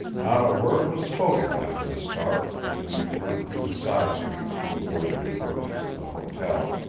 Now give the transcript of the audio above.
not a word was spoken after the start as we turned through the side streets to avoid the approaches to the hotel.